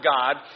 God